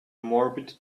morbid